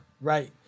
right